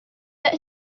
beth